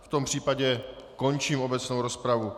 V tom případě končím obecnou rozpravu.